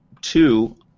Two